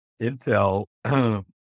Intel